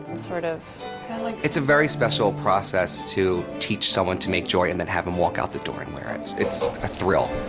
and sort of and like it's a very special process to teach someone to make jewelry and then have them walk out the door and wear it. it's a thrill.